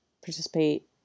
participate